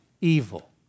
evil